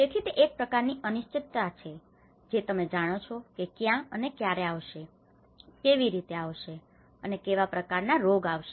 તેથી તે એક પ્રકારની અનિશ્ચિતતા છે તે તમે જાણો છો કે ક્યાં અને ક્યારે આવશે અને કેવી રીતે આવશે અને કેવા પ્રકારના રોગો આવશે